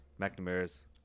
McNamara's